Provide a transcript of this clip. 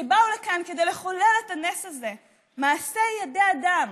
שבאו לכאן כדי לחולל את הנס הזה מעשה ידי אדם,